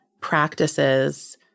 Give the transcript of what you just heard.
practices